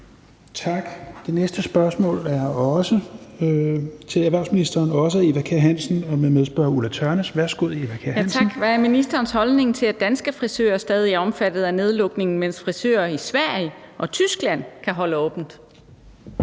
nr. S 1125 (omtrykt) 18) Til erhvervsministeren af: Eva Kjer Hansen (V) (medspørger: Ulla Tørnæs (V)): Hvad er ministerens holdning til, at danske frisører stadig er omfattet af nedlukningen, mens frisører i Sverige og Tyskland må holde åbent?